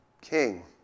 king